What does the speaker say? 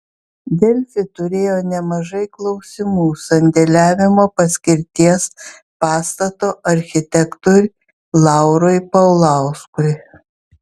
delfi turėjo nemažai klausimų sandėliavimo paskirties pastato architektui laurui paulauskui